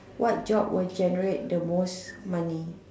what job would generate the most money